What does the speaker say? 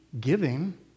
giving